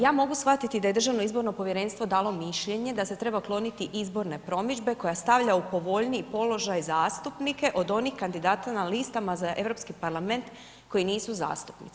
Ja mogu shvatiti da je Državno izborno povjerenstvo dalo mišljenje da se treba kloniti izborne promidžbe koja stavlja u povoljniji položaj zastupnike od onih kandidata na listama za Europski parlament koji nisu zastupnici.